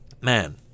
man